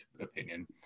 opinion